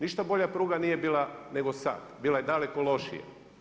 Ništa bolje pruga nije bila nego sada, bila je daleko lošije.